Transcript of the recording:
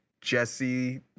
jesse